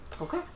Okay